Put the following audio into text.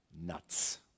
nuts